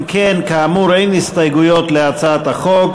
אם כן, כאמור, אין הסתייגויות להצעת החוק.